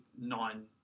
nine